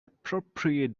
appropriate